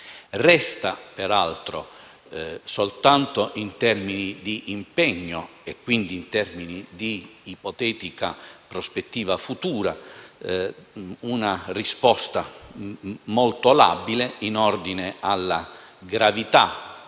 Resta peraltro, soltanto in termini di impegno e quindi in termini di ipotetica prospettiva futura, una risposta molto labile in ordine alla gravità,